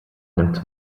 nimmt